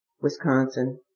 Wisconsin